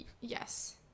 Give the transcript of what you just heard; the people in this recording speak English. Yes